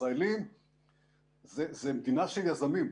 ישראל זו מדינה של יזמים.